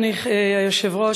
אדוני היושב-ראש,